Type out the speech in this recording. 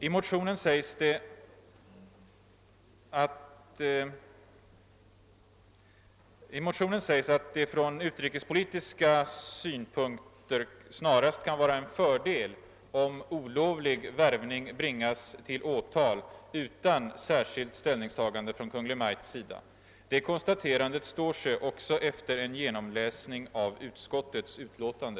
I motionen sägs att det från utrikespolitiska synpunkter snarast kan vara en fördel om olovlig värvning bringas till åtal utan särskilt ställningstagande från Kungl. Maj:ts sida. Det konstaterandet står sig också efter en genomläsning av utskottets utlåtande.